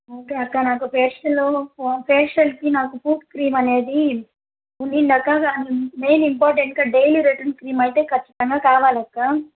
okay అక్క నాకు ఫేషియల్లో ఫేషియల్కి నాకు పూట్ క్రీమ్ అనేది ఉన్నింది అక్క మెయిన్ ఇంపార్టెంట్గా డైలీ రిటర్న్ క్రీమ్ అయితే ఖచ్చితంగా కావాలక్క